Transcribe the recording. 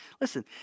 Listen